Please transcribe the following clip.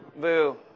boo